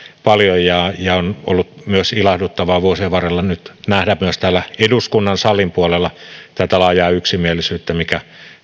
paljon ja ja on ollut ilahduttavaa vuosien varrella nähdä nyt myös täällä eduskunnan salin puolella tätä laajaa yksimielisyyttä mikä